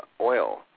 oil